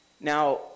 Now